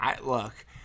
Look